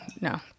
no